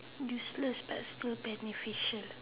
unless but still beneficial